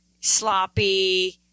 Sloppy